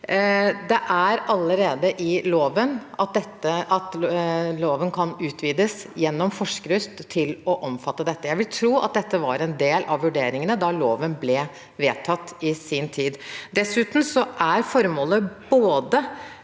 det er allerede i loven at den kan utvides gjennom forskrift til å omfatte dette. Jeg vil tro at dette var en del av vurderingene da loven ble vedtatt i sin tid. Dessuten er formålet både